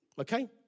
Okay